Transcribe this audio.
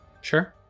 Sure